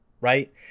right